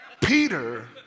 Peter